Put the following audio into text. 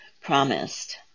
promised